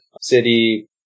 city